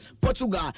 Portugal